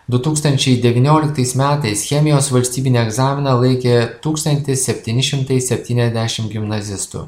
du tūkstančiai devynioliktais metais chemijos valstybinį egzaminą laikė tūkstantis septyni šimtai septyniasdešim gimnazistų